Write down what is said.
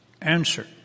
answer